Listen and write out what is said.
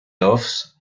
offs